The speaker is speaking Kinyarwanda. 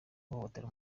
uhohotera